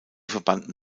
verbanden